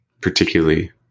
particularly